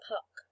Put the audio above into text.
Puck